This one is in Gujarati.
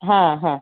હા હા